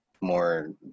more